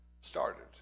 started